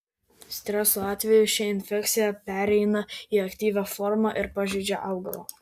streso atveju ši infekcija pereina į aktyvią formą ir pažeidžia augalą